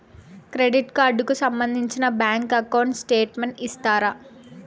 Credit card కు సంబంధించిన bank account statement ఇస్తారా?